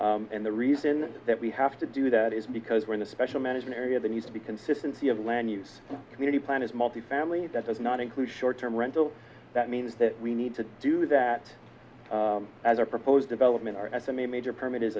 rental and the reason that we have to do that is because we're in a special manage an area that needs to be consistency of land use committee planners multifamily that does not include short term rental that means that we need to do that as a proposed development r s m a major permit is